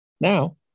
Now